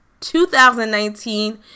2019